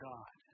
God